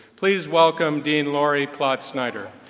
please welcome dean lori ploutz-snyder.